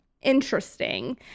interesting